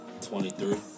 23